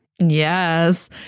Yes